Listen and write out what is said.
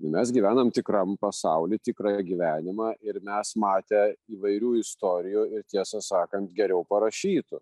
o mes gyvenam tikram pasauly tikrą gyvenimą ir mes matę įvairių istorijų ir tiesą sakant geriau parašytų